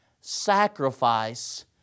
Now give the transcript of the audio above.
sacrifice